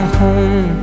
home